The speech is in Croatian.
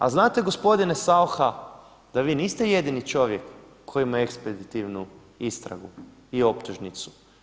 A znate gospodine Saucha da vi niste jedini čovjek koji ima ekspeditivnu istragu i optužnicu?